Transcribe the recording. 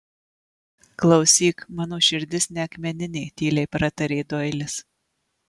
klausyk mano širdis ne akmeninė tyliai pratarė doilis